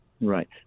Right